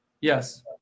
Yes